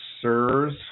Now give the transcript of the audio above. sirs